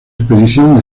expedición